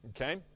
okay